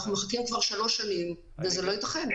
אנחנו מחכים כבר שלוש שנים וזה לא ייתכן.